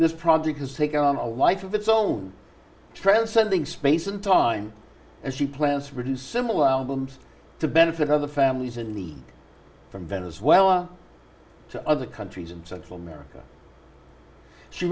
this project has taken on a life of its own transcending space and time as she plans to produce similar albums to benefit other families in the from venezuela to other countries in central america she